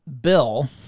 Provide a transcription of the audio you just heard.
bill